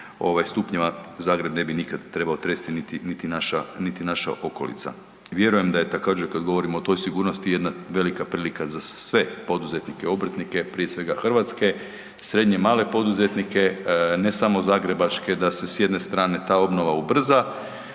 stupnjeva Zagreb ne bi nikad trebao tresti niti naša okolica. Vjerujem da je također, kad govorimo o toj sigurnosti, jedna velika prilika za sve poduzetnike, obrtnike, prije svega, hrvatske, srednje, male poduzetnike, ne samo zagrebačke, da se s jedne strane ta obnova ubrza,